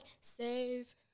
save